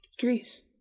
Greece